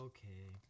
Okay